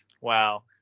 wow